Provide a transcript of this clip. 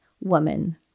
woman